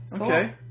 Okay